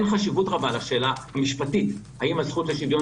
אין חשיבות רבה לשאלה המשפטית האם הזכות לשוויון,